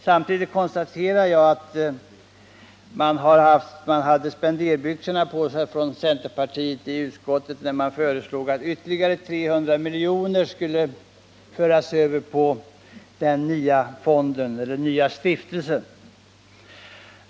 Samtidigt konstaterar jag att centerpartiet hade spenderbyxorna på i utskottet när man föreslog att ytterligare 300 miljoner skulle föras över på den nya stiftelsen.